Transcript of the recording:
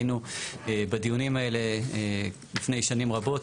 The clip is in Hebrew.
היינו בדיונים האלה לפני שנים רבות.